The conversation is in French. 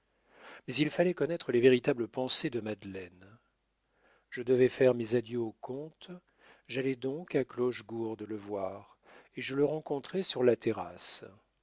mais il fallait connaître les véritables pensées de madeleine je devais faire mes adieux au comte j'allai donc à clochegourde le voir et je le rencontrai sur la terrasse